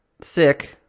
sick